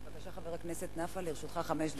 חבר הכנסת נפאע, לרשותך חמש דקות.